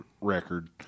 record